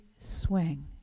swing